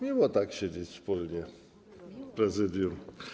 Miło tak siedzieć wspólnie w prezydium.